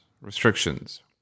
restrictions